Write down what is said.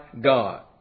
God